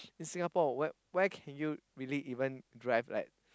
in Singapore where can you really even drive like